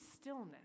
stillness